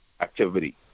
activity